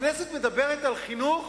הכנסת מדברת על חינוך?